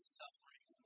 suffering